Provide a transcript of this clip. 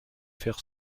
faire